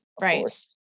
Right